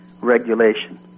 regulation